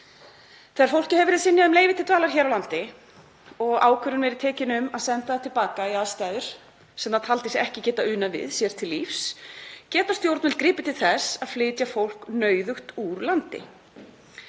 Þegar fólki hefur verið synjað um leyfi til dvalar hér á landi og ákvörðun verið tekin um að senda það til baka í aðstæður sem það taldi sig ekki geta unað við sér til lífs geta stjórnvöld gripið til þess að flytja fólk nauðugt úr landi.